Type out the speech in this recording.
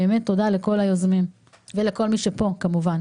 באמת תודה לכל היוזמים ולכל מי שפה כמובן,